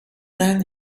then